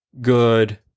good